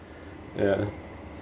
ya